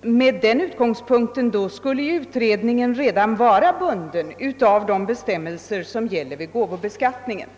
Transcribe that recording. Med den utgångspunkten skulle utredningen vara bunden av de bestämmelser som gäller vid gåvobeskattningen.